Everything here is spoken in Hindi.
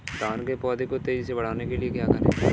धान के पौधे को तेजी से बढ़ाने के लिए क्या करें?